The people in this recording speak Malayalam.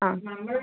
ആ